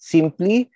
Simply